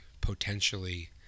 potentially